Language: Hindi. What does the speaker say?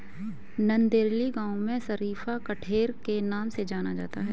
नंदेली गांव में शरीफा कठेर के नाम से जाना जाता है